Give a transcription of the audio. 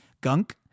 gunk